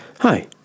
Hi